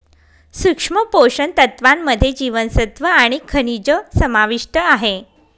सूक्ष्म पोषण तत्त्वांमध्ये जीवनसत्व आणि खनिजं समाविष्ट आहे